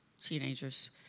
teenagers